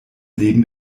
leben